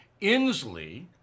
Inslee